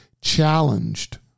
challenged